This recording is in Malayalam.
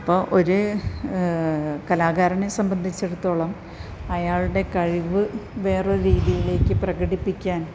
അപ്പോൾ ഒരു കലാകാരനെ സംബന്ധിച്ചിടത്തോളം അയാളുടെ കഴിവ് വേറൊരു രീതിയിലേക്ക് പ്രകടിപ്പിക്കാൻ